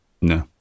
No